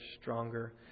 stronger